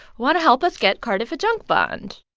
want to help us get cardiff a junk bond?